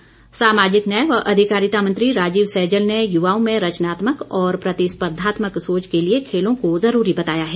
सहजल सामाजिक न्याय व अधिकारिता मंत्री राजीव सहजल ने युवाओं में रचनात्मक और प्रतिस्पर्धात्मक सोच के लिए खेलों को जरूरी बताया है